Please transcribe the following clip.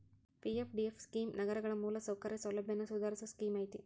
PFDF scheme ನಗರಗಳ ಮೂಲಸೌಕರ್ಯ ಸೌಲಭ್ಯನ ಸುಧಾರಸೋ ಸ್ಕೇಮ್ ಐತಿ